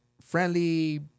friendly